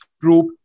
group